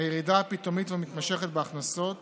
הירידה הפתאומית והמתמשכת בהכנסות